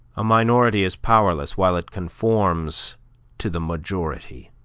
a minority is powerless while it conforms to the majority